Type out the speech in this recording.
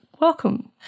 welcome